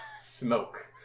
Smoke